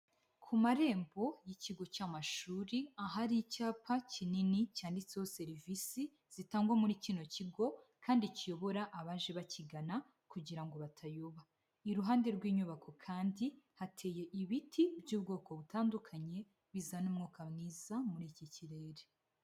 Ku marembo y'ikigo cy'amashuri ahari icyapa kinini cyanditseho serivisi zitangwa muri kino kigo kandi kiyobora abaje bakigana kugira ngo batayoba. Iruhande rw'inyubako kandi hateye ibiti by'ubwoko butandukanye bizana umwuka mwiza muri iki kirere.